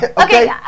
okay